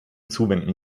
zuwenden